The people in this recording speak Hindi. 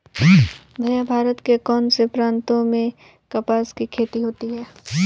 भैया भारत के कौन से प्रांतों में कपास की खेती होती है?